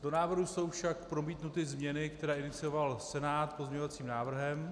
Do návrhu jsou však promítnuty změny, které inicioval Senát pozměňovacím návrhem.